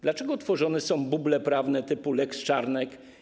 Dlaczego tworzone są buble prawne typu lex Czarnek?